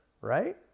right